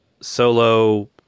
solo